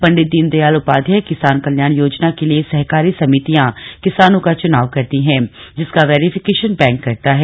पंडित दीनदयाल उपाध्याय किसान कल्याण योजना के लिए सहकारी समितियां किसानों का चुनाव करती है जिसका वेरिफिकेशन बैंक करता है